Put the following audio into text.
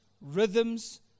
rhythms